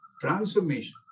transformation